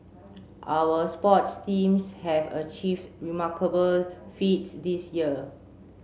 our sports teams have achieved remarkable feats this year